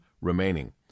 remaining